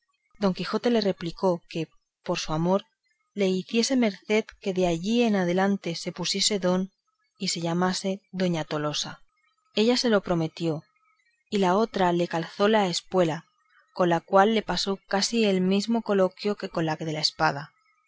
don quijote le replicó que por su amor le hiciese merced que de allí adelante se pusiese don y se llamase doña tolosa ella se lo prometió y la otra le calzó la espuela con la cual le pasó casi el mismo coloquio que con la de la espada